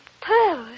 pearls